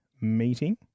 meeting